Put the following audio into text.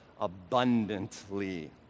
abundantly